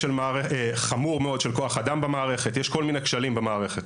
יש כל מיני כשלים במערכת,